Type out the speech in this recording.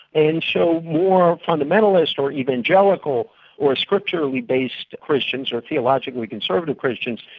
and so more fundamentalist or evangelical or scripturally-based christians or theologically conservative christians,